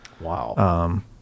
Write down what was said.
wow